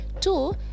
Two